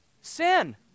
Sin